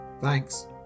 thanks